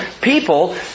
people